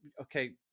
Okay